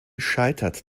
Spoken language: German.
scheitert